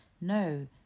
No